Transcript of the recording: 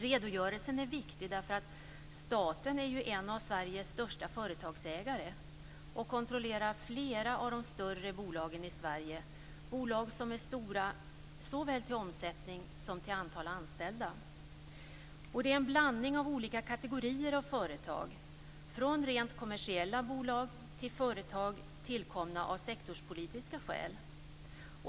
Redogörelsen är viktig därför att staten är en av Sveriges största företagsägare och kontrollerar flera av de större bolagen i Sverige, bolag som är stora såväl till omsättning som till antalet anställda. Det är en blandning av olika kategorier av företag från rent kommersiella bolag till företag tillkomna av sektorspolitiska skäl.